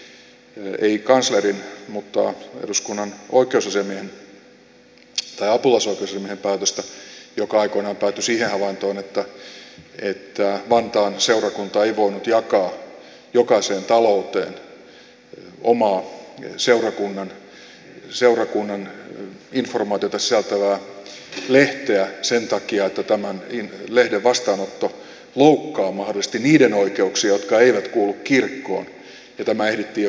se koski ei kanslerin vaan eduskunnan apulaisoikeusasiamiehen päätöstä joka aikoinaan päätyi siihen havaintoon että vantaan seurakunta ei voinut jakaa jokaiseen talouteen omaa seurakunnan informaatiota sisältävää lehteä sen takia että tämän lehden vastaanotto loukkaa mahdollisesti niiden oikeuksia jotka eivät kuulu kirkkoon ja tämä ehdittiin jo kertaalleen kieltää